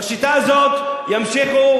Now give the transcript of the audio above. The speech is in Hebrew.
בשיטה הזאת ימשיכו,